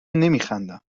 نمیخندم